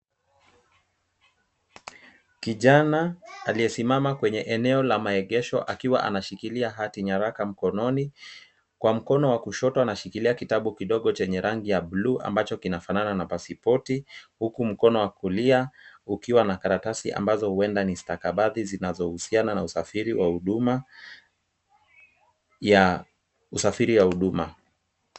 Kijana aliyesimama kwenye eneo la maegesho akiwa anashikilia hati nyaraka mkononi, kwa mkono wa kushoto anashikilia kitabu kidogo chenye rangi ya bluu ambacho kinafanana na pasipoti, huku mkono wa kulia ukiwa na karatasi ambazo huenda ni stakabadhi zinazohusiana na usafiri wa huduma ya usafiri ya huduma.